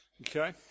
Okay